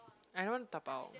I don't want to dabao